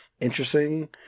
interesting